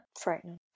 frightening